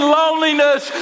loneliness